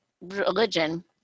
religion